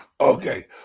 Okay